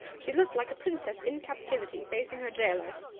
she looked like a princess in captivity facing her gaolers.